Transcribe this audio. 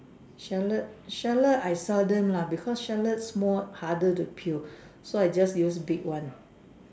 shallot shallot I seldom lah because shallot more harder to peel so I just use big one